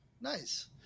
Nice